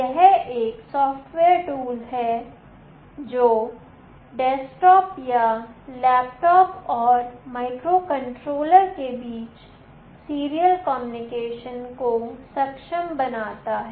यह एक software tool है जो डेस्कटॉप या लैपटॉप और माइक्रोकंट्रोलर के बीच सीरियल कम्युनिकेशन को सक्षम बनाता है